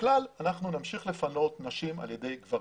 בכלל אנחנו נמשיך לפנות נשים על ידי גברים.